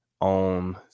on